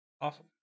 Awesome